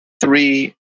three